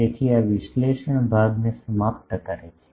તેથી આ વિશ્લેષણ ભાગને સમાપ્ત કરે છે